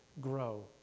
grow